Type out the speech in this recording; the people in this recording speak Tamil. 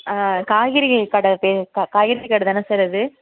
ஆ காய்கறிகள் கடை பே க காய்கறி கடை தானே சார் இது